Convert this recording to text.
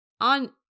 on